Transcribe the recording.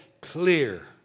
clear